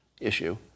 issue